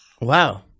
Wow